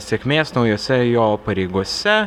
sėkmės naujose jo pareigose